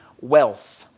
wealth